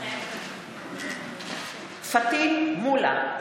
מתחייבת אני פטין מולא,